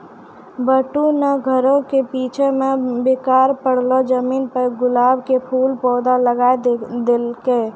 बंटू नॅ घरो के पीछूं मॅ बेकार पड़लो जमीन पर गुलाब के खूब पौधा लगाय देलकै